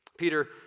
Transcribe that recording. Peter